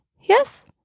Yes